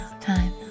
time